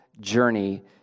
journey